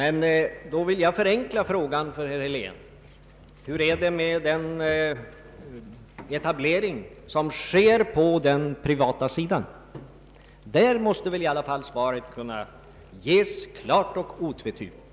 Jag vill förenkla frågan för herr Helén. Hur förhåller det sig med den etablering som sker på den privata sidan? Där måste väl i alla fall svar kunna ges klart och otvetydigt.